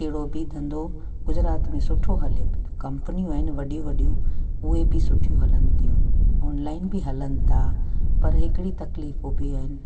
कहिड़ो बि धंधो गुजरात में सुठो हले पियो कंपनियूं आहिनि वॾी वॾियूं उहे बि सुठी हलनि थियूं ऑनलाइन बि हलनि था पर हिकिड़ी तकलीफ़ू बि आहिनि